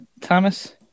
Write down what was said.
Thomas